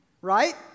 Right